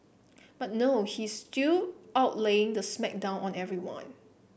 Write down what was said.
but no he is still out laying the smack down on everyone